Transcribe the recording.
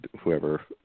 whoever